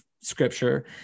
scripture